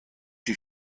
die